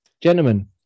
gentlemen